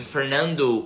Fernando